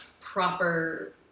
proper